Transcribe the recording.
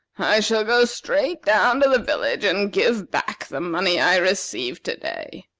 i shall go straight down to the village and give back the money i received to-day.